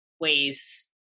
ways